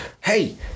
hey